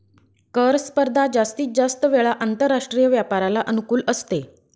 कर स्पर्धा जास्तीत जास्त वेळा आंतरराष्ट्रीय व्यापाराला अनुकूल असते